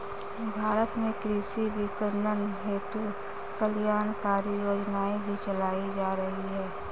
भारत में कृषि विपणन हेतु कल्याणकारी योजनाएं भी चलाई जा रही हैं